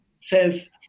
says